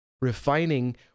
refining